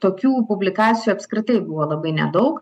tokių publikacijų apskritai buvo labai nedaug